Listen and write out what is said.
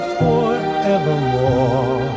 forevermore